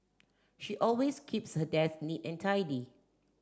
she always keeps her desk neat and tidy